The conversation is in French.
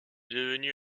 devenu